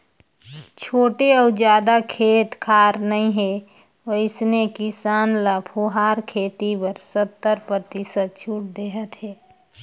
छोटे अउ जादा खेत खार नइ हे वइसने किसान ल फुहारा खेती बर सत्तर परतिसत छूट देहत हे